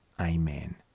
Amen